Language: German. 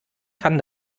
kann